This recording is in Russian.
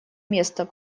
место